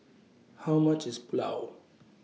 How much IS Pulao